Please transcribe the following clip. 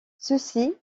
ceci